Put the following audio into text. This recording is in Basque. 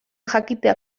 jakitea